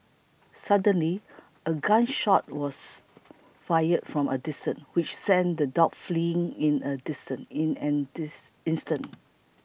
suddenly a gun shot was fired from a distance which sent the dogs fleeing in an distant in an instant